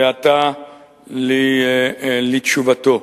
ועתה לתשובתו.